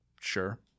sure